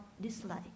dislike